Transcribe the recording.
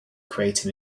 create